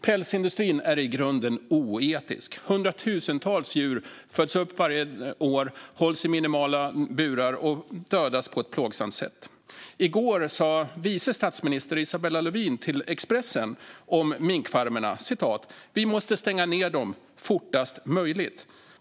Pälsindustrin är i grunden oetisk. Hundratusentals djur föds upp varje år, hålls i minimala burar och dödas på ett plågsamt sätt. I går sa vice statsminister Isabella Lövin till Expressen att vi måste stänga ned minkfarmerna fortast möjligt.